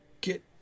get